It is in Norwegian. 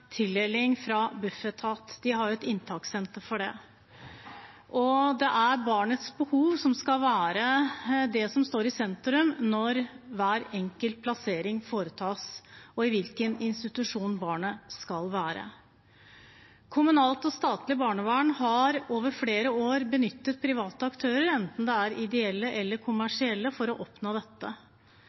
tildeling fra Bufetat, de har et inntakssenter for det. Det er barnets behov som skal stå i sentrum når man foretar hver enkelt plassering og avgjør ved hvilken institusjon barnet skal være. Kommunalt og statlig barnevern har over flere år benyttet private aktører, enten det er ideelle eller kommersielle, for å oppnå dette.